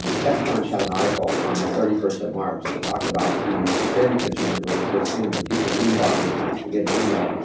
techcrunch just had an article on the thirty first of march that talked about the security concerns with with zoom, and people zoombombing and people getting in there,